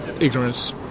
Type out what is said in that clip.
ignorance